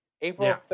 April